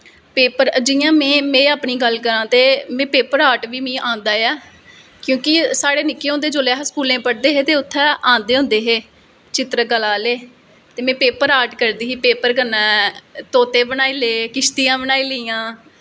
paper जियां में अपनी गल्ल करां ते पेपर आर्ट बी मीं आंदा ऐ क्योंकि निक्कैं होंदैं जिसलै अस स्कूलैं पढ़दे हे ते उत्थैं आंदे होंदे हे चित्तर कला आह्ले ते में पेपर आर्ट करदी ही पेपर कन्नैं तोते बनाई ले किश्तियां बनाई लेईयां